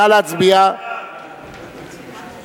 סעיפים 1 8